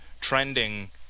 trending